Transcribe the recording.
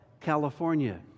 California